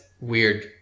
weird